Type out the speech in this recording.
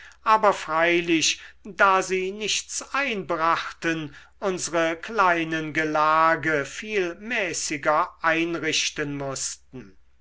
aber freilich da sie nichts einbrachten unsre kleinen gelage viel mäßiger einrichten mußten